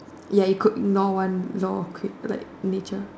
ya you could ignore one law of cou of like nature